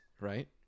right